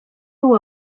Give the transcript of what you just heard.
nhw